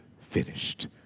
finished